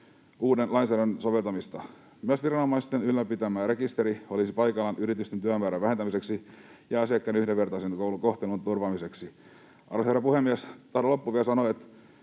uuden lainsäädännön soveltamista. Myös viranomaisten ylläpitämä rekisteri olisi paikallaan yritysten työmäärän vähentämiseksi ja asiakkaiden yhdenvertaisen kohtelun turvaamiseksi. Arvoisa herra puhemies! Tahdon loppuun vielä